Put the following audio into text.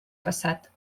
passat